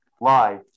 lie